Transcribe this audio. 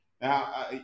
Now